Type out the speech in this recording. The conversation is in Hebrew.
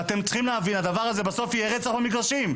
ואתם צריכים להבין שהדבר הזה בסוף יהיה רצח במגרשים.